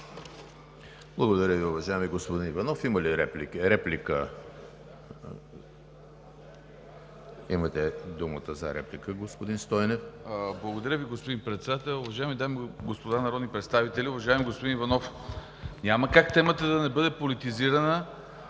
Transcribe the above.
Благодаря Ви, господин Председател. Уважаеми дами и господа народни представители! Уважаеми господин Иванов, няма как темата да не бъде политизирана,